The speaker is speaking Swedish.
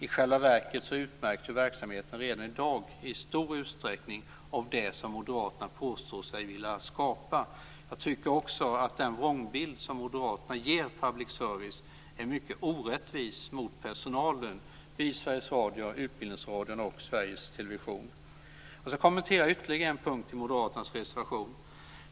I själva verket utmärks verksamheten redan i dag i stor utsträckning av det som moderaterna påstår sig vilja skapa. Jag tycker också att den vrångbild som moderaterna ger public service är mycket orättvis mot personalen vid Sveriges Radio, Jag ska kommentera ytterligare en punkt i moderaternas reservation.